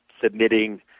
submitting